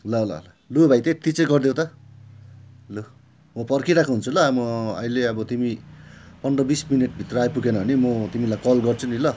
ल ल ल लु भाइ त्यति चाहिँ गरिदेऊ त ल म पर्खिरहेको हुन्छु ल म अहिले अब तिमी पन्ध्र बिस मिनट भित्र आइपुगेन भने म तिमीलाई कल गर्छु नि ल